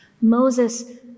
Moses